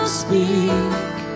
speak